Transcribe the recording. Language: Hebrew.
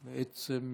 בעצם,